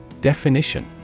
Definition